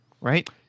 right